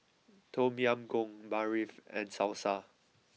Tom Yam Goong Barfi and Salsa